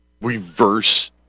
reverse